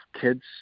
kids